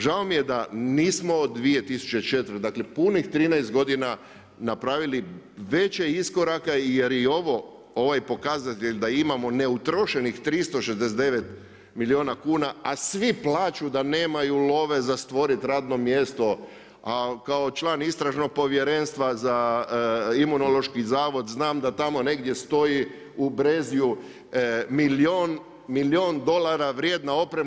Žao mi je da nismo 2004., dakle punih 13 godina napravili veće iskorake jer i ovaj pokazatelj da imamo neutrošenih 369 milijuna kuna, a svi plaču da nemaju love za stvoriti radno mjesto, a kao član Istražnog povjerenstva za Imunološki zavod znam da tamo negdje stoji u Brezju milijun dolara vrijedna oprema.